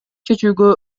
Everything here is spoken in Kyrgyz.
чечүүгө